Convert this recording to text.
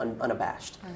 unabashed